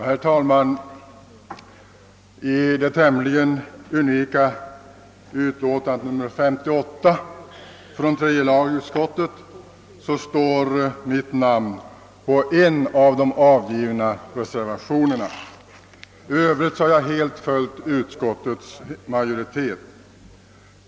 Herr talman! I det tämligen unika utlåtandet nr 58 från tredje lagutskottet finns mitt namn vid en av de avgivna reservationerna. I övrigt har jag helt följt utskottets majoritet.